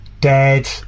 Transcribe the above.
dead